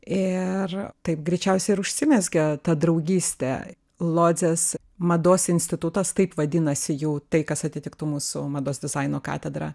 ir taip greičiausiai ir užsimezgė ta draugystė lodzės mados institutas taip vadinasi jau tai kas atitiktų mūsų mados dizaino katedrą